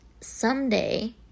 someday